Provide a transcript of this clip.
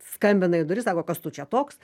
skambina į duris sako kas tu čia toks